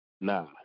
Nah